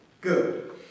good